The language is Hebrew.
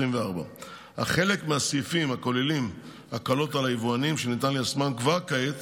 אך חלק מהסעיפים הכוללים הקלות על היבואנים שניתן ליישמן כבר כעת